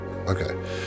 Okay